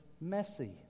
messy